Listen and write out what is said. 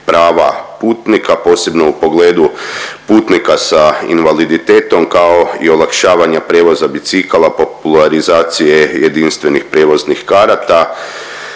prava putnika posebno u pogledu putnika sa invaliditetom kao i olakšavanja prijevoza bicikala, popularizacije jedinstvenih prijevoznih karata